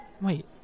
wait